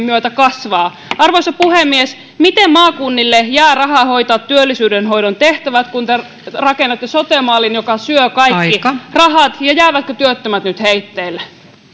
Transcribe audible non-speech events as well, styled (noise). (unintelligible) myötä kasvaa arvoisa puhemies miten maakunnille jää rahaa hoitaa työllisyydenhoidon tehtävät kun te rakennatte sote mallin joka syö kaikki rahat ja jäävätkö työttömät nyt heitteille